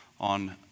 on